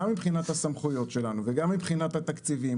גם מבחינת הסמכויות שלנו וגם מבחינת התקציבים,